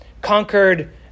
conquered